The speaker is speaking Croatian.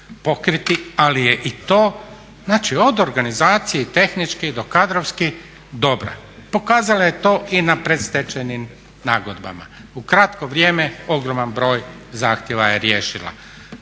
ali je i to znači od organizacije i tehnički do kadrovski dobra. Pokazala je to i na predstečajnim nagodbama. U kratko vrijeme ogroman broj zahtjeva je riješila.